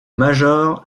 major